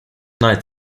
night